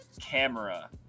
camera